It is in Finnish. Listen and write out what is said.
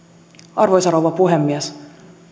arvoisa rouva puhemies